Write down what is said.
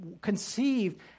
conceived